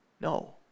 No